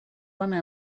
bana